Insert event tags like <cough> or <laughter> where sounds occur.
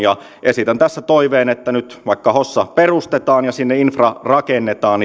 ja esitän tässä toiveen että nyt vaikka hossa perustetaan ja sinne infra rakennetaan <unintelligible>